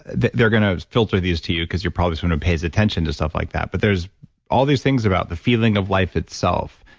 they're going to filter these to you because you're probably someone who pays attention to stuff like that. but there's all these things about the feeling of life itself.